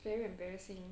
very embarrassing